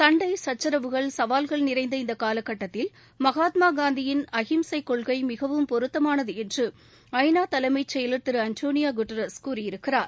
சண்டை சச்ரவுகள் சவால்கள் நிறைந்த இந்த காலக்கட்டத்தில் மகாத்மா காந்தியின் அஹிம்சை கொள்கை மிகவும் பொருத்தமானது என்று ஐ நா தலைமைச் செயலர் திரு ஆண்டோனியோ குட்ரஸ் கூறியிருக்கிறார்